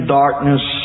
darkness